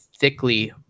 thickly